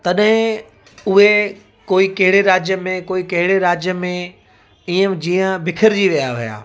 तॾहिं उहे कोई कहिड़े राज्य में कोई कहिड़े राज्य में इएं जीअं बिखिर जी विया हुआ